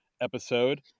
episode